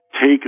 take